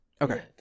Okay